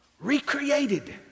Recreated